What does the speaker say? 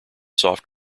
soft